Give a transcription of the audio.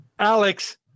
Alex